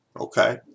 okay